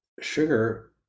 sugar